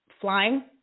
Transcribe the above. Flying